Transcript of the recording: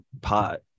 pot